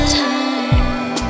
time